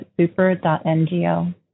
super.ngo